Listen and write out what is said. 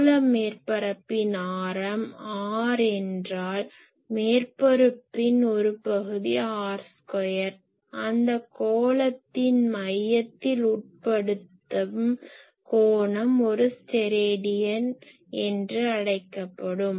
கோள மேற்பரப்பின் ஆரம் r என்றால் மேற்பரப்பின் ஒரு பகுதி r2 அந்த கோளத்தின் மையத்தில் உட்படுத்தும் கோணம் ஒரு ஸ்டெராடியன் என்று அழைக்கப்படும்